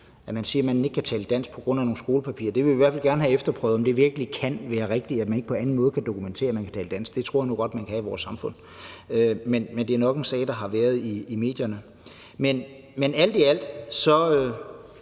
at man ikke kan tale dansk på grund af nogle skolepapirer? Det vil vi i hvert fald gerne have efterprøvet, altså om det virkelig kan være rigtigt, at man ikke på anden måde kan dokumentere, at man kan tale dansk. Det tror jeg nu godt man kan i vores samfund. Men det er nok en sag, der har været i medierne. Men alt i alt håber